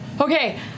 Okay